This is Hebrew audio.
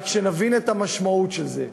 רק שנבין את המשמעות של זה,